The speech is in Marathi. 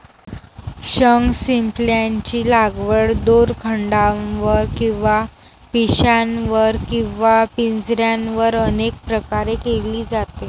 शंखशिंपल्यांची लागवड दोरखंडावर किंवा पिशव्यांवर किंवा पिंजऱ्यांवर अनेक प्रकारे केली जाते